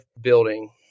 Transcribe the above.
building